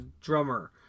drummer